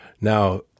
Now